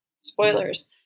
spoilers